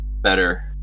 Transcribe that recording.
better